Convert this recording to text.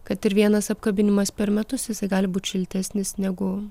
kad ir vienas apkabinimas per metus jisai gali būt šiltesnis negu